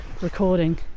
recording